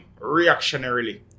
reactionarily